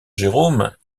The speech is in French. jérôme